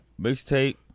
Mixtape